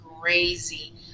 crazy